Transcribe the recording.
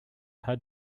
had